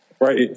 Right